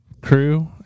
crew